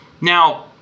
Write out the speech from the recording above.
Now